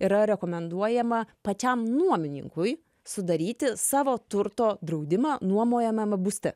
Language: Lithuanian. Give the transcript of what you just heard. yra rekomenduojama pačiam nuomininkui sudaryti savo turto draudimą nuomojamame būste